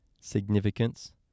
significance